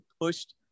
pushed